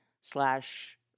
slash